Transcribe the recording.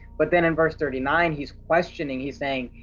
but then in verse thirty nine, he's questioning, he's saying,